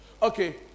Okay